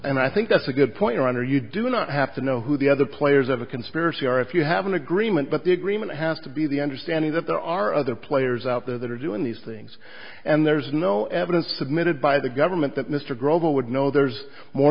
and i think that's a good point ron or you do not have to know who the other players of a conspiracy are if you have an agreement but the agreement has to be the understanding that there are other players out there that are doing these things and there's no evidence submitted by the government that mr grover would know there's more